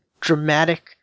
dramatic